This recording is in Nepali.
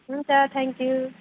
हुन्छ थ्याङ्क यू